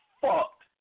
fucked